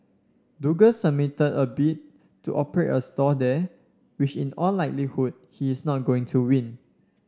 Douglas submitted a bid to operate a stall there which in all likelihood he is not going to win